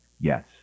yes